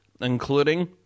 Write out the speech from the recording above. including